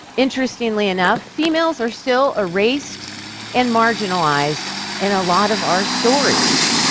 interestingly enough, females are still erased and marginalized in a lot of our stories.